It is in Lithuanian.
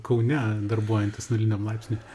kaune darbuojantis nuliniam laipsny